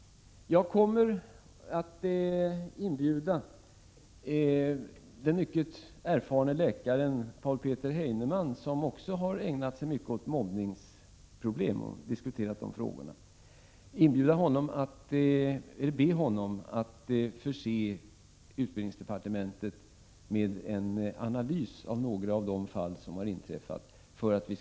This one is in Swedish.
Och jag kommer i nästa vecka att ta kontakt med den erfarne läkaren Peter Paul Heinemann som även han har ägnat sig mycket åt mobbningsproblemen samt be honom att förse utbildningsdepartementet med en analys av några av de fall som har förekommit.